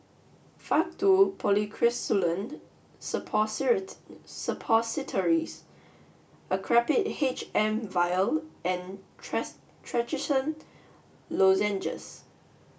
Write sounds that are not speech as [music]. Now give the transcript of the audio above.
Faktu Policresulen [unintelligible] Suppositories Actrapid H M vial and [unintelligible] Trachisan Lozenges